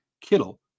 Kittle